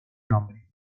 nombre